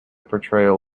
portrayal